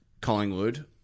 Collingwood